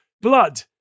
Blood